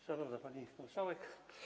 Szanowna Pani Marszałek!